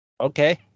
Okay